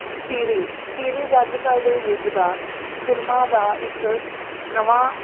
series series ਅੱਜ ਕੱਲ੍ਹ ਦੇ ਯੁੱਗ ਦਾ ਫਿਲਮਾਂ ਦਾ ਇੱਕ ਨਵਾਂ